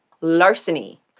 larceny